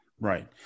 Right